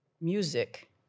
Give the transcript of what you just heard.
music